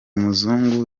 muzungu